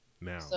now